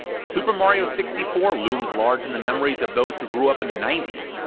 super mario sixty four looms large in the memories of those who grew up in the ninety s,